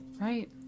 right